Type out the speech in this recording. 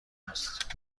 است